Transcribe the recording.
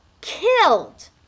killed